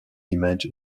image